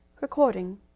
Recording